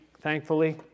thankfully